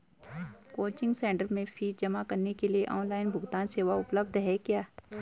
Coaching centre में fees जमा करने के लिए ऑनलाइन भुगतान सेवा उपलब्ध है क्या?